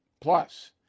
Plus